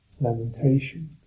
lamentation